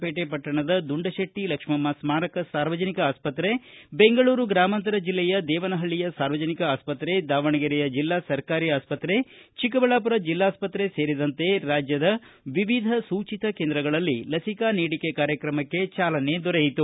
ಪೇಟೆ ಪಟ್ಟಣದ ದುಂಡಶೆಟ್ಟ ಲಕ್ಷ್ಮಮ್ಮ ಸ್ಕಾರಕ ಸಾರ್ವಜನಿಕ ಆಸ್ಪತ್ರೆ ಬೆಂಗಳೂರು ಗ್ರಾಮಾಂತರ ಜಿಲ್ಲೆಯ ದೇವನಹಳ್ಳಿಯ ಸಾರ್ವಜನಿಕ ಆಸ್ಪತ್ರೆ ದಾವಣಗೆರೆಯ ಜಿಲ್ಲಾ ಸರ್ಕಾರಿ ಆಸ್ಪತ್ರೆ ಚಿಕ್ಕಬಳ್ಳಾಪುರ ಜಿಲ್ಲಾಸ್ತ್ರೆ ಸೇರಿದಂತೆ ರಾಜ್ಯದ ವಿವಿಧ ಸೂಚಿತ ಕೇಂದ್ರಗಳಲ್ಲಿ ಲಸಿಕಾ ನೀಡಿಕೆ ಕಾರ್ಯಕ್ರಮಕ್ಕೆ ಜಾಲನೆ ದೊರೆಯಿತು